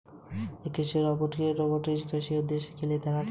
एक कृषि रोबोट एक रोबोट है जिसे कृषि उद्देश्यों के लिए तैनात किया जाता है